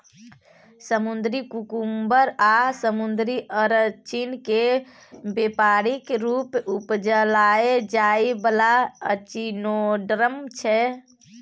समुद्री कुकुम्बर आ समुद्री अरचिन केँ बेपारिक रुप उपजाएल जाइ बला एचिनोडर्म छै